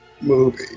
movie